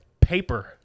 paper